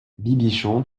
bibichon